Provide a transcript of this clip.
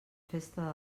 festa